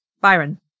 Byron